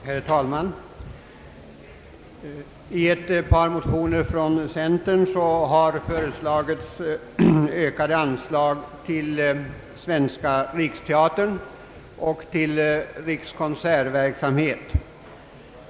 Herr talman! I ett par motioner från centerpartiet har föreslagits ökade anslag till Svenska riksteatern och till rikskonsertverksamhet.